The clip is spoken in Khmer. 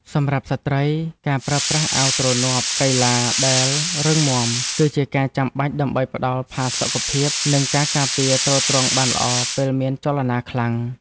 សម្រាប់ស្ត្រី ការប្រើប្រាស់អាវទ្រនាប់កីឡាដែលរឹងមាំ គឺជាការចាំបាច់ដើម្បីផ្តល់ផាសុកភាព និងការការពារទ្រទ្រង់បានល្អពេលមានចលនាខ្លាំង។